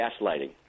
gaslighting